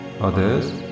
others